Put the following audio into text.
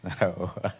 No